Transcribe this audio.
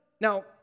Now